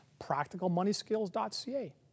practicalmoneyskills.ca